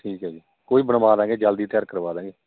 ਠੀਕ ਹੈ ਜੀ ਕੋਈ ਬਣਵਾ ਦਾਂਗੇ ਜਲਦੀ ਤਿਆਰ ਕਰਵਾ ਦਾਂਗੇ